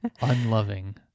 unloving